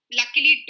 luckily